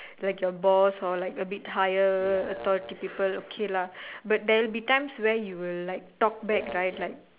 like your boss or like a bit higher authority people okay lah but there will be times where you will like talk back right like